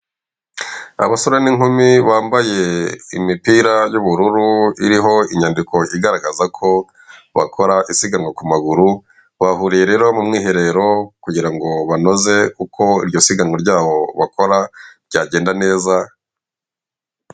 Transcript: Abasore n'inkumi bambaye imipira y'ubururu iriho inyandiko igaragaza ko bakora isiganwa ku maguru bahuriye rero mu mwiherero kugira ngo banoze uko iryo sigana ryaho bakora ryagenda neza.